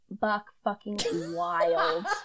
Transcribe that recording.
buck-fucking-wild